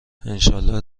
انشاالله